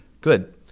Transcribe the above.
Good